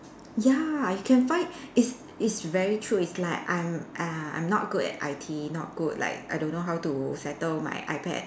ya you can find it's it's very true it's like I'm uh I'm not good at I_T not good like I don't know how to settle my iPad